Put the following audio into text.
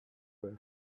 were